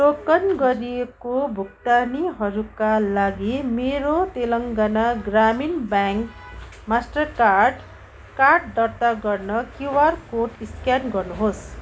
token गरिएको भुक्तानीहरूका लागि मेरो तेलङ्गाना ग्रामीण ब्याङ्क मास्टरकार्ड कार्ड दर्ता गर्न क्युआर कोड स्क्यान गर्नुहोस्